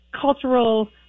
cultural